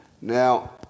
Now